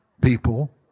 people